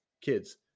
kids